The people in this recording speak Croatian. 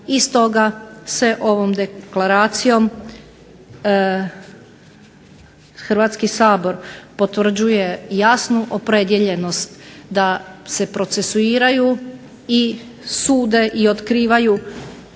I stoga se ovom deklaracijom Hrvatski sabor potvrđuje jasnu opredijeljenost da se procesuiranju, sude i otkrivaju